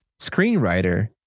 screenwriter